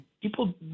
People